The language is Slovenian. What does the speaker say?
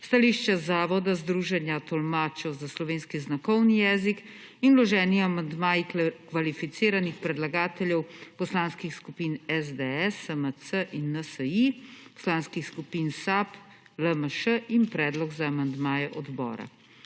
stališče Zavoda združenja tolmačev za slovenski znakovni jezik in vloženi amandmaji kvalificiranih predlagateljev poslanskih skupin SDS, SMC in NSi, poslanskih skupin SAB, LMŠ in predlog za amandmaje odbora.